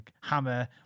hammer